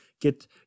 Get